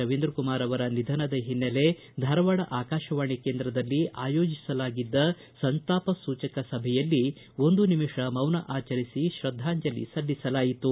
ರವೀಂದ್ರಕುಮಾರ್ ಅವರ ನಿಧನದ ಹಿನ್ನೆಲೆ ಧಾರವಾಡ ಆಕಾಶವಾಣಿ ಕೇಂದ್ರದಲ್ಲಿ ಆಯೋಜಿಸಲಾಗಿದ್ದ ಸಂತಾಪ ಸೂಚಕ ಸಭೆಯಲ್ಲಿ ಒಂದು ನಿಮಿಷ ಮೌನ ಆಚರಿಸಿ ಶ್ರದ್ಧಾಂಜಲಿ ಸಲ್ಲಿಸಲಾಯಿತು